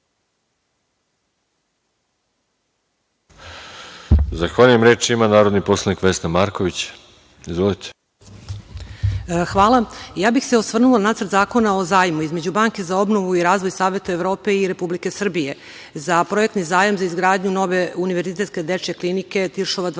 Zahvaljujem. Reč ima narodni poslanik Vesna Marković. Izvolite. **Vesna Marković** Hvala. Ja bih se osvrnula na Nacrt zakona o zajmu između Banke za obnovu i razvoj Saveta Evrope i Republike Srbije, za projektni zajam za izgradnju nove univerzitetske Dečije klinke Tiršova 2